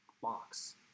box